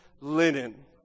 linen